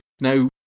Now